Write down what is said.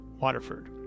Waterford